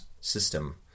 system